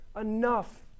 enough